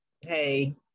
hey